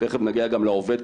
תיכף נגיע גם לעובד,